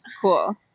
cool